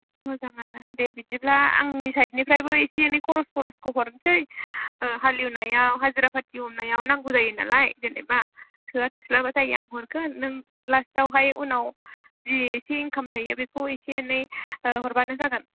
मोजाङानो दे बिदिब्ला आंनि सायड निफ्रायबो इसे एनै खरस खरसखौ हरनोसै ओ हालेवनायाव हाजिरा फाथि हरनायाव नांगौ जायो नालाय जेन'बा थोआ थोस्लाबा जायो आं हरगोन नों लास्ट आवहाय उनाव जि इसे इन्काम जायो बेखौ इसे एनै ओ हरबानो जागोन